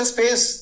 Space